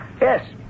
Yes